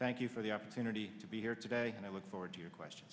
thank you for the opportunity to be here today and i look forward to your question